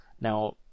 Now